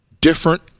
different